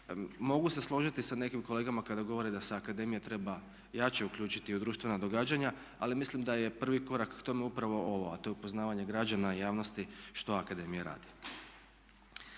mogu se složiti sa nekim kolegama kada govore da se akademija treba jače uključiti u društvena događanja ali mislim da je prvi korak k tome upravo ovo a to je upoznavanje građana i javnosti što akademija radi.